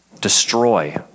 destroy